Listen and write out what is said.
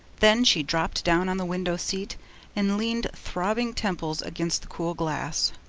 then she dropped down on the window seat and leaned throbbing temples against the cool glass.